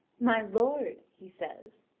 my lord, he says,